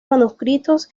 manuscritos